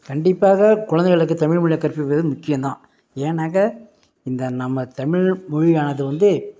கண்டிப்பாக குழந்தைகளுக்கு தமிழ் மொழியை கற்று கொடுப்பது முக்கியம் தான் ஏன்னாக்கா இந்த நம்ம தமிழ் மொழியானது வந்து